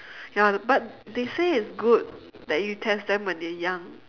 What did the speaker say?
ya the but they say it's good that you test them when they are young